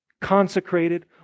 consecrated